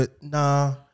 Nah